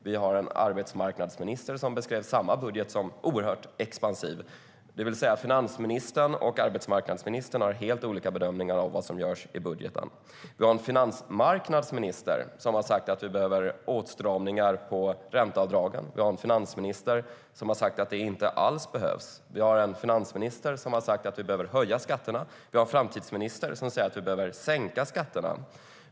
Vi har en arbetsmarknadsminister som beskrev samma budget som oerhört expansiv. Finansministern och arbetsmarknadsministern gör alltså helt olika bedömningar av vad som görs i budgeten. Vi har en finansmarknadsminister som har sagt att vi behöver åtstramningar på ränteavdragen. Vi har en finansminister som har sagt att det inte alls behövs. Vi har en finansminister som har sagt att vi behöver höja skatterna. Vi har en framtidsminister som säger att vi behöver sänka skatterna.